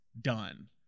done